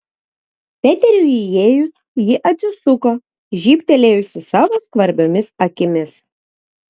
peteriui įėjus ji atsisuko žybtelėjusi savo skvarbiomis akimis